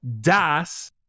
DAS